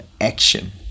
action